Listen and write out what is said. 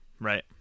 right